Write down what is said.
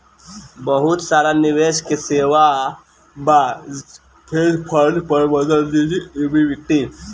बहुत सारा निवेश के सेवा बा, हेज फंड प्रबंधन निजी इक्विटी